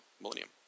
Millennium